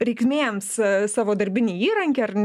reikmėms savo darbinį įrankį ar ne